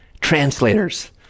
translators